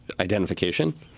identification